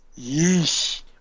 yeesh